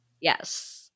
yes